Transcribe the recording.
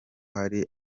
hari